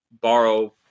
borrow